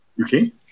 Okay